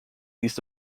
these